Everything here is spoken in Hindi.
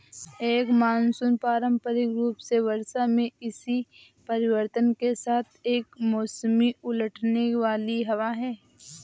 एक मानसून पारंपरिक रूप से वर्षा में इसी परिवर्तन के साथ एक मौसमी उलटने वाली हवा है